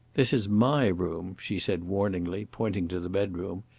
this is my room, she said warningly, pointing to the bedroom.